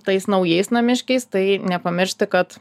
tais naujais namiškiais tai nepamiršti kad